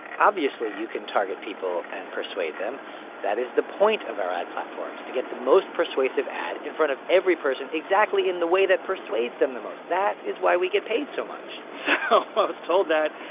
obviously, you can target people and persuade them that is the point of our ad platforms to get the most persuasive ad in front of every person, exactly in the way that persuades them the most. that is why we get paid so much so i was told that.